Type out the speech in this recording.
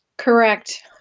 Correct